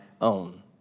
own